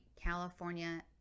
California